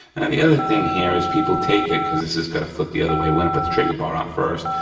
the other thing here is people take it, cause it's just gonna flip the other way, we're gonna put the trigger bar on first,